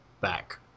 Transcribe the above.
back